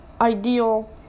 ideal